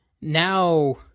now